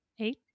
eight